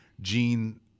Gene